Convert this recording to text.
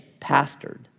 pastored